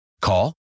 Call